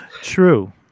True